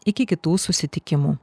iki kitų susitikimų